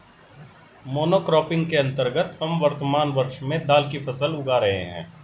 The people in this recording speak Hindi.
मोनोक्रॉपिंग के अंतर्गत हम वर्तमान वर्ष में दाल की फसल उगा रहे हैं